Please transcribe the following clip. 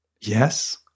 Yes